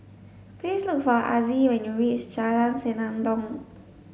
please look for Azzie when you reach Jalan Senandong